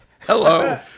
Hello